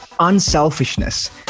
unselfishness